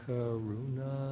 Karuna